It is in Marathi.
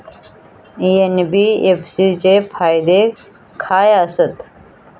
एन.बी.एफ.सी चे फायदे खाय आसत?